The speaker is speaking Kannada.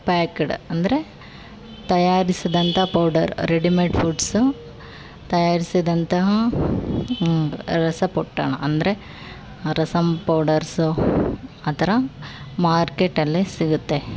ಪ್ಯಾಕುಡ್ ಅಂದರೆ ತಯಾರಿಸಿದಂಥ ಪೌಡರ್ ರೆಡಿಮೇಡ್ ಫುಡ್ಸು ತಯಾರಿಸಿದಂತಹ ರಸ ಪೊಟ್ಟಣ ಅಂದರೆ ರಸಮ್ ಪೌಡರ್ಸು ಆ ಥರ ಮಾರ್ಕೆಟಲ್ಲೇ ಸಿಗುತ್ತೆ